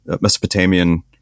Mesopotamian